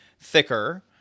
thicker